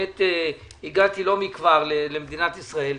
הגעתי לא מכבר למדינת ישראל,